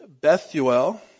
Bethuel